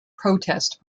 protest